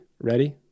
Ready